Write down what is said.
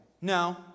No